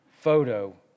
photo